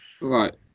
right